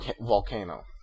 Volcano